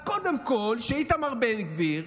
אז קודם כול, שאיתמר בן גביר